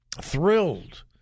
thrilled